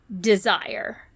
desire